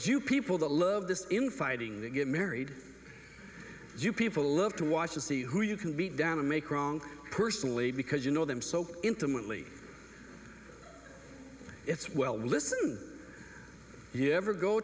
you people that love this infighting that get married you people love to watch to see who you can beat down and make wrong personally because you know them so intimately it's well listen you ever go